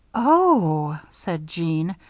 oh! said jeanne,